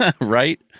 right